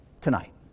tonight